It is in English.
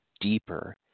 deeper